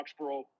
Foxborough